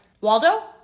Waldo